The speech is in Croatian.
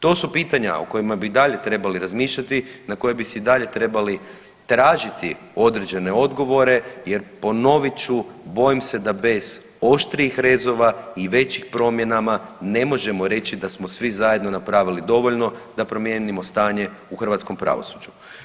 To su pitanja o kojima bi i dalje trebali razmišljati, na koja bi si i dalje trebali tražiti određene odgovore jer ponovit ću bojim se da bez oštrijih rezova i većih promjenama ne možemo reći da smo svi zajedno napravili dovoljno da promijenimo stanje u hrvatskom pravosuđu.